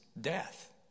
death